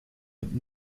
het